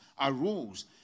arose